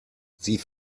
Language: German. sie